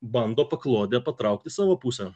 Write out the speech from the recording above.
bando paklodę patraukt į savo pusę